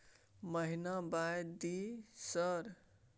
महीना बाय दिय सर?